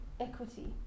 equity